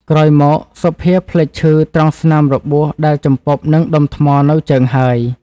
ក្រោយមក សុភាភ្លេចឈឺត្រង់ស្នាមរបួសដែលជំពប់នឹងដុំថ្មនៅជើងហើយ ។